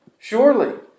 Surely